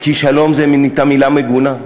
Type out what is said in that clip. כי "שלום" נהייתה מילה מגונה.